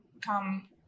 come